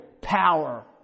power